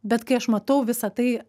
bet kai aš matau visa tai